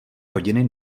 hodiny